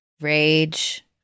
rage